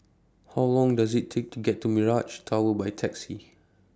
How Long Does IT Take to get to Mirage Tower By Taxi